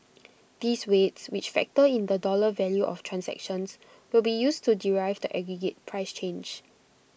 these weights which factor in the dollar value of transactions will be used to derive the aggregate price change